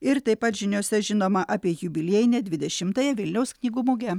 ir taip pat žiniose žinoma apie jubiliejinę dvidešimtąją vilniaus knygų mugę